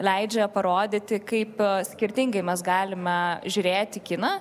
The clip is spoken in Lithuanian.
leidžia parodyti kaip skirtingai mes galime žiūrėti kiną